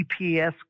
GPS